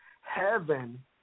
Heaven